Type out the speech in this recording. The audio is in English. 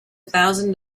thousand